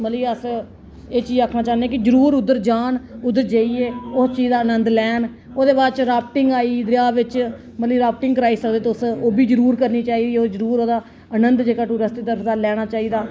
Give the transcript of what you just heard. ते मतलब अस एह् चीज़ आक्खन चाहन्नें कि जरूर उत्थें जान उद्धर जाइयै उस चीज़ दा आनंद लैन ओह्दे बाद राफ्टिंग आई गेई दरेआ बिच्च मतलब राफ्टिंग कराई सकदे तुस ओह् बी जरूर करनी चाहिदी ओह् जरूर ओह्दा आनंद जेह्का टुरिस्ट लैना चाहिदा